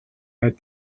had